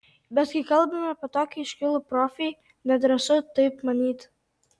bet kai kalbame apie tokį iškilų profį nedrąsu taip manyti